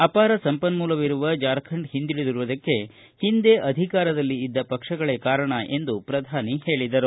ಅಪಾರ ಸಂಪನ್ನೂಲವಿರುವ ಜಾರ್ಖಂಡ ಹಿಂದುಳದಿರುವುದಕ್ಕೆ ಹಿಂದೆ ಅಧಿಕಾರದಲ್ಲಿ ಇದ್ದ ಪಕ್ಷಗಳೆ ಕಾರಣ ಎಂದು ಅವರು ಹೇಳಿದರು